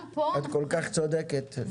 את כל כך צודקת, נירה.